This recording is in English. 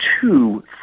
two